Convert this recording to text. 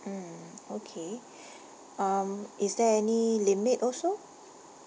mm okay um is there any limit also